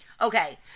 Okay